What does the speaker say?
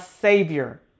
savior